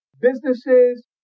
businesses